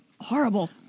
horrible